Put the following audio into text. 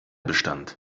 bestand